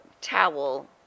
towel